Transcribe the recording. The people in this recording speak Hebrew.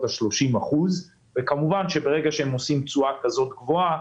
30%. וכמובן שברגע שהם עושים תשואה כזאת גבוהה